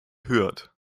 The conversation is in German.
hürth